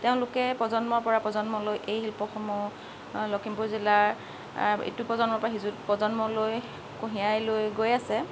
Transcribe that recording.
তেওঁলোকে প্ৰজন্মৰ পৰা প্ৰজন্মলৈ এই শিল্পসমূহ লখিমপুৰ জিলাৰ ইটো প্ৰজন্মৰ পৰা সিটো প্ৰজন্মলৈ কঢ়িয়াই লৈ গৈ আছে